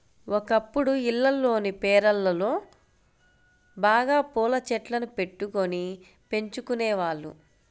ఒకప్పుడు ఇళ్లల్లోని పెరళ్ళలో బాగా పూల చెట్లను బెట్టుకొని పెంచుకునేవాళ్ళు